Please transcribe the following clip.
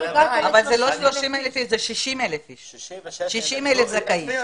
אבל זה 66,000 זכאים.